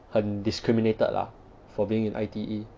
很 discriminated lah for being in I_T_E